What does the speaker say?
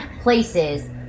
places